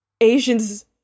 Asians